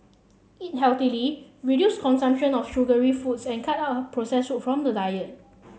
eat healthily reduce consumption of sugary foods and cut out processed food from the diet